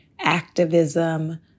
activism